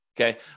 Okay